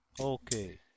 Okay